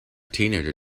teenager